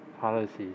policies